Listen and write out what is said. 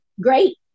great